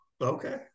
Okay